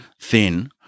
thin